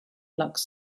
flux